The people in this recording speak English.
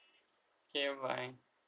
okay bye bye